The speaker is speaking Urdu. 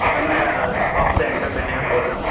ہاں سر میں شاپ سے انٹرپینئر بول رہا ہوں